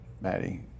Maddie